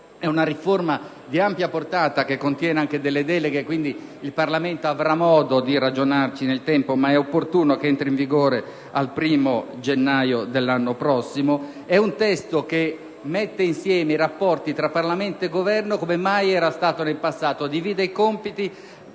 di una riforma di ampia portata, che contiene anche delle deleghe, per cui il Parlamento avrà modo di ragionarci nel tempo, ma è opportuno che entri in vigore il 1° gennaio dell'anno prossimo. È un testo che mette insieme i rapporti tra Parlamento e Governo come mai era stato nel passato e divide i compiti